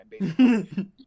baby